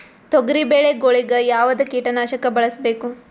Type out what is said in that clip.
ತೊಗರಿಬೇಳೆ ಗೊಳಿಗ ಯಾವದ ಕೀಟನಾಶಕ ಬಳಸಬೇಕು?